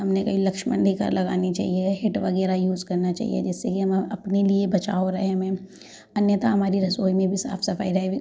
हमने कही लक्षमण रेखा लगानी चाहिए हिट वगैरह यूज़ करना चाहिए जिससे कि हम अपने लिए बचाव रहे हमें अन्यथा हमारी रसोई में भी साफ सफाई रहे